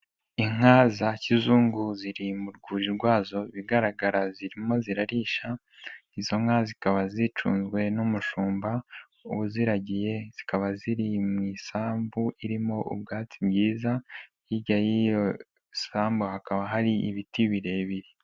Inka za kizungu ziri mu rwuri rwazo bigaragara ko zirimo zirarisha, izo nka zikaba zicunzwe n'umushumba uziragiye, zikaba ziri mu isambu irimo ubwatsi bwiza hirya y'iyo sambu hakaba hari ibiti birebire.